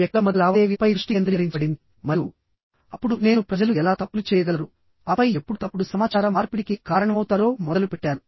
వ్యక్తుల మధ్య లావాదేవీలపై దృష్టి కేంద్రీకరించబడింది మరియు అప్పుడు నేను ప్రజలు ఎలా తప్పులు చేయగలరు ఆపై ఎప్పుడు తప్పుడు సమాచార మార్పిడికి కారణమవుతారో మొదలుపెట్టాను